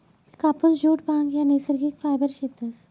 कापुस, जुट, भांग ह्या नैसर्गिक फायबर शेतस